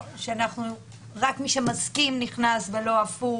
שרק מי שמסכים נכנס ולא הפוך?